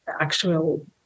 actual